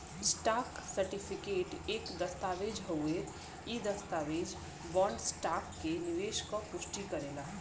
stock certificate एक दस्तावेज़ हउवे इ दस्तावेज बॉन्ड, स्टॉक में निवेश क पुष्टि करेला